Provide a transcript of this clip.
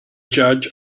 judge